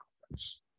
conference